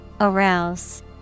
Arouse